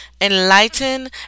enlighten